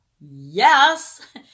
yes